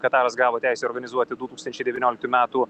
kataras gavo teisę organizuoti du tūkstančiai devynioliktų metų